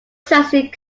transit